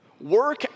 Work